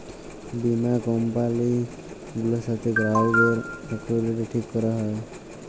বীমা কম্পালি গুলার সাথ গ্রাহকদের অলুইটি ঠিক ক্যরাক হ্যয়